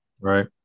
right